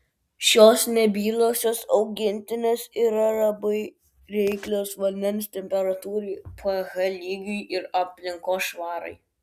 šios nebyliosios augintinės yra labai reiklios vandens temperatūrai ph lygiui ir aplinkos švarai